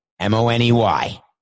M-O-N-E-Y